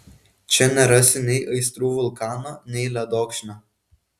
čia nerasi nei aistrų vulkano nei ledokšnio